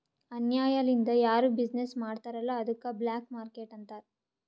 ಅನ್ಯಾಯ ಲಿಂದ್ ಯಾರು ಬಿಸಿನ್ನೆಸ್ ಮಾಡ್ತಾರ್ ಅಲ್ಲ ಅದ್ದುಕ ಬ್ಲ್ಯಾಕ್ ಮಾರ್ಕೇಟ್ ಅಂತಾರ್